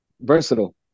versatile